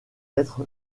être